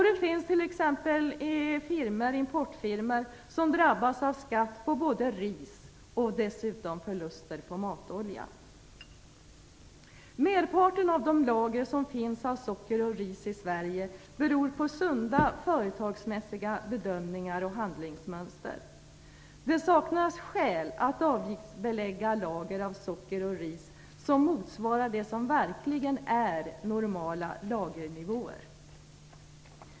Det finns t.ex. importfirmor som drabbas av skatt på ris och dessutom förluster på matolja. Merparten av de lager av socker och ris som finns i Sverige beror på sunda företagsmässiga bedömningar och handlingsmönster. Det saknas skäl att avgiftsbelägga lager av socker och ris som motsvarar det som verkligen är normala lagernivåer.